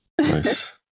Nice